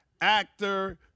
actor